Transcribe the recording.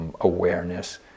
awareness